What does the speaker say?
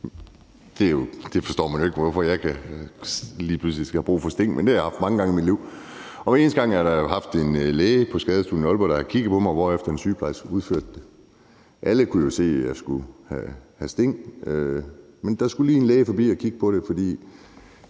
Man forstår jo ikke, hvorfor jeg lige pludselig skal have brug for sting, men det har jeg haft mange gange i mit liv. Og hver eneste gang har en læge på skadestuen i Aalborg kigget på mig, hvorefter en sygeplejerske har udført det. Alle kunne jo se, at jeg skulle have sting, men der skulle lige en læge forbi og kigge på det.